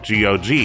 GOG